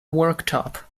worktop